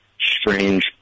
strange